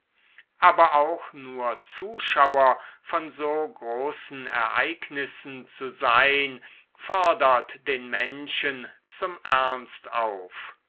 aber auch nur zuschauer von so großen ereignissen zu sein fordert den menschen zum ernst auf